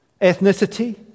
Ethnicity